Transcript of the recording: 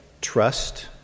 trust